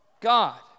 God